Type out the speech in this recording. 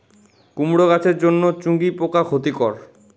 কুমড়ো গাছের জন্য চুঙ্গি পোকা ক্ষতিকর?